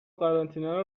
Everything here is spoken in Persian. قرنطینه